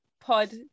pod